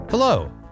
Hello